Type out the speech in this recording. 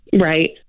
Right